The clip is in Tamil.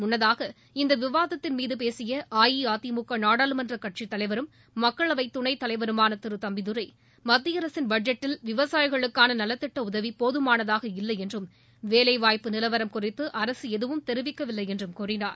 முன்னதாக இந்த விவாதத்தின் மீது பேசிய அஇஅதிமுக நாடாளுமன்ற கட்சித் தலைவரும் மக்களவை துணைத் தலைவருமான திரு தம்பிதுரை மத்திய அரசின் பட்ஜெட்டில் விவசாயிகளுக்கான நலத்திட்ட உதவி போதமானதாக இல்லை என்றும் வேலை வாய்ப்பு நிலவரம் குறித்து அரசு எதுவும் தெரிவிக்கவில்லை என்றும் கூறினார்